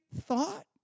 thought